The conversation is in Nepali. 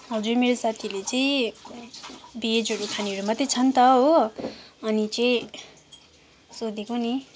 हजुर मेरो साथीहरूले चाहिँ भेजहरू खानेहरू मात्रै छ नि त हो अनि चाहिँ सोधेको नि